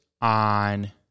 on